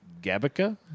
Gabica